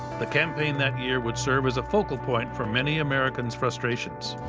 the campaign that year would serve as a focal point for many americans' frustrations.